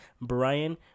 Brian